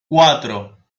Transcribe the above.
cuatro